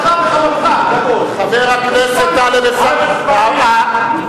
על אפך וחמתך, עז פנים, חוצפן.